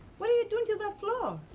what are you doing to that floor?